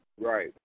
Right